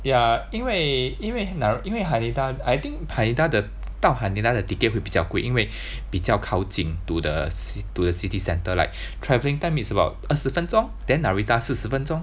ya 因为 Nar~ 因为 Haneda I think Haneda the 到 Haneda 的 ticket 会比较贵因为比较靠近 to the to the city centre like travelling time is about 二十分钟 then Narita 是十分钟